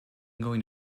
going